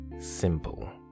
Simple